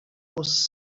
was